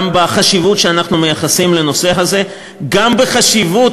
גם בחשיבות שאנחנו מייחסים לנושא הזה וגם בחשיבות,